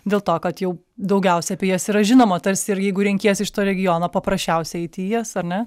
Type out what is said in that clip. dėl to kad jau daugiausia apie jas yra žinoma tarsi ir jeigu renkiesi iš to regiono paprasčiausia eiti į jas ar ne